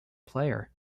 player